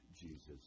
Jesus